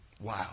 Wow